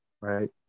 right